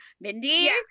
Mindy